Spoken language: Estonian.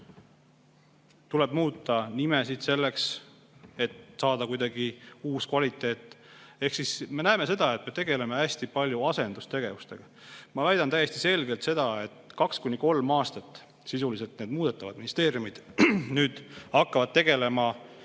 Tuleb muuta nimesid selleks, et saada kuidagi uus kvaliteet. Ehk siis me näeme seda, et me tegeleme hästi palju asendustegevustega. Ma väidan täiesti selgelt seda, et kaks kuni kolm aastat sisuliselt need muudetavad ministeeriumid nüüd tegelevad uue